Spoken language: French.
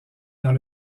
dans